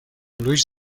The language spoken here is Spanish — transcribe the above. luis